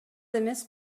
эмес